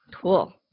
Cool